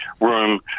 room